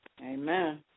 Amen